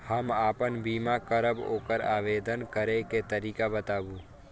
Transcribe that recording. हम आपन बीमा करब ओकर आवेदन करै के तरीका बताबु?